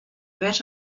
that